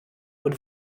und